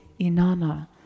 Inanna